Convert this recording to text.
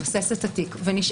אני חייבת לבחון גם את זה.